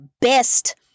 best